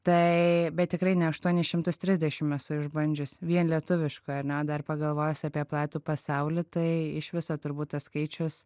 tai bet tikrai ne aųtuonis šimtus trisdešimt esu išbandžius vien lietuviškų ar ne dar pagalvojus apie platų pasaulį tai iš viso turbūt tas skaičius